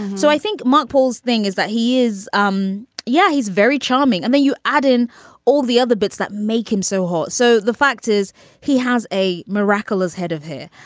so i think monopoles thing is that he is. um yeah, he's very charming. and then you add in all the other bits that make him so hot. so the fact is he has a miraculous head of hair.